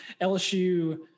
lsu